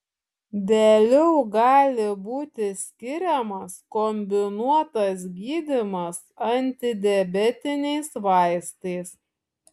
vėliau gali būti skiriamas kombinuotas gydymas antidiabetiniais vaistais